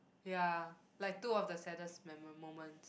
ya like two of the saddest memo~ moments